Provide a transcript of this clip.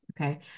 Okay